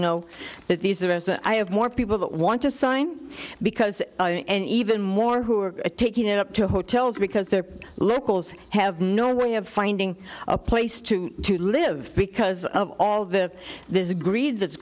know that these are as i have more people that want to sign because and even more who are taking it up to hotels because the locals have no way of finding a place to live because of all the this agreed that's